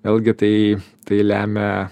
vėlgi tai tai lemia